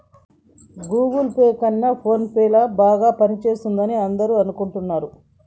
Google Pay కన్నా PhonePe ల బాగా పనిచేస్తుందని అందరూ అనుకుంటున్నారు